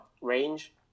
range